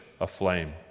aflame